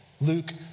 Luke